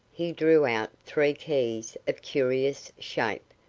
he drew out three keys of curious shape,